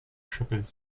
chapelle